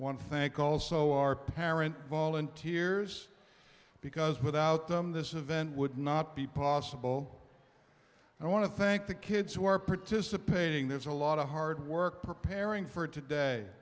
to thank also our parent volunteers because without them this event would not be possible and i want to thank the kids who are participating there is a lot of hard work preparing for today